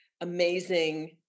amazing